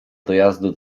dojazdu